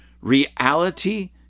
reality